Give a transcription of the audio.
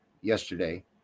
yesterday